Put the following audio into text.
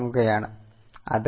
It is also called as stock